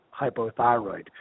hypothyroid